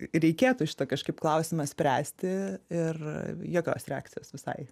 reikėtų šitą kažkaip klausimą spręsti ir jokios reakcijos visai